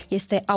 este